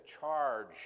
charge